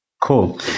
cool